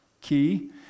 key